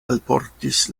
alportis